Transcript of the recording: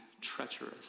treacherous